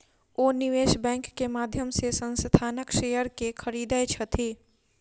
ओ निवेश बैंक के माध्यम से संस्थानक शेयर के खरीदै छथि